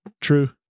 true